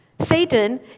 Satan